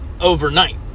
overnight